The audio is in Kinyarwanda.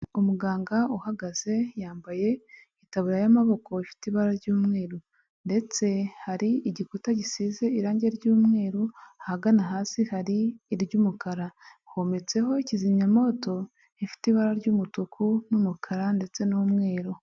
Umuganga uhagaze yambaye itabura y'amaboko ifite ibara ry'umweru ndetse hari igikuta gisize irangi ry'umweru, ahagana hasi hari iry'umukara hometseho kizimyamoto ifite ibara ry'umutuku n'umukara ndetse n'umweru.